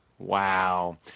Wow